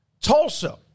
Tulsa